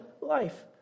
life